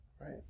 Right